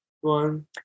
one